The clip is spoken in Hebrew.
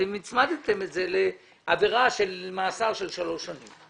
אתם הצמדתם את זה לעבירה של מאסר של שלוש שנים.